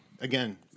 again